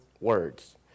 words